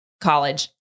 college